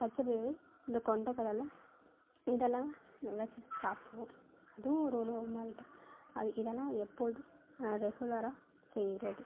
பச்சைப்பயிறு இந்த கொண்டக்கடலை இதெல்லாம் நான் வச்சு சாப்பிடுவோம் அதுவும் ஒரு உணவு மாதிரி தான் அது இதெல்லாம் எப்பொழுதும் ரெகுலராக செய்கிறது